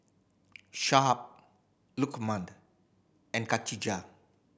Shuib Lukman and Khatijah